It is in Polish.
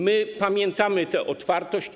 My pamiętamy tę otwartość.